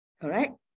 Correct